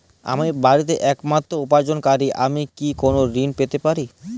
আমি বাড়িতে একমাত্র উপার্জনকারী আমি কি কোনো ঋণ পেতে পারি?